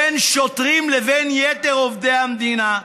בין שוטרים לבין יתר עובדי המדינה,